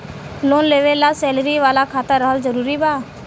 Loan लेवे ला salary वाला खाता रहल जरूरी बा?